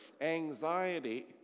anxiety